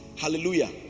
Hallelujah